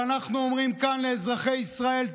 אבל אנחנו אומרים כאן לאזרחי ישראל: